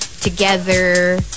together